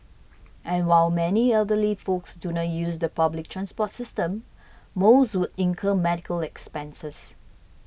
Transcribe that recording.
and while many elderly folks do not use the public transport system most would incur medical expenses